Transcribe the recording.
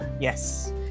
yes